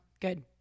good